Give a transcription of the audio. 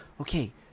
okay